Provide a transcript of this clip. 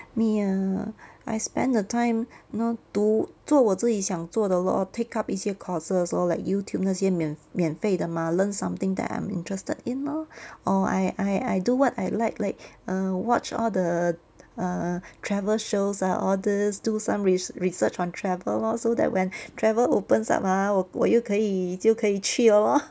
me ah I spend the time you know 读做我自己想做的 lor take up 一些 courses lor like youtube 那些免免费的 mah learn something that I'm interested in lor or I I I do what I like like err watch all the err travel shows lah all these do some re~ research on travel lor so that when travel opens up ah 我我又可以就可以去了 lor